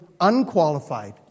Unqualified